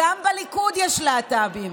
גם בליכוד יש להט"בים.